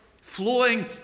flowing